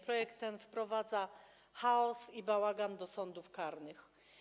Projekt ten wprowadza chaos i bałagan do sądów karnych.